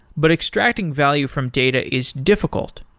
but extracting value from data is difficult,